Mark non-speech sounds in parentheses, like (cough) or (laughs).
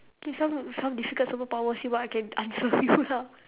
give some some difficult superpower see what I can answer (laughs) you lah